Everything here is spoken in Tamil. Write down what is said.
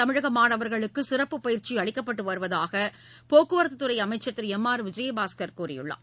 தமிழக மாணவர்களுக்கு சிறப்பு பயிற்சி அளிக்கப்பட்டு வருவதாக போக்குவரத்துத்துறை அமைச்சர் திரு எம் ஆர் விஜயபாஸ்கர் கூறியுள்ளார்